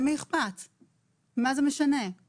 גם אם אתם תשאירו את המיטות האלה או לא